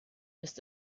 ist